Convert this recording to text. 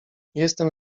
jestem